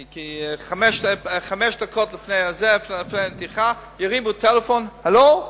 כי חמש דקות לפני הנתיחה ירימו טלפון: הלו,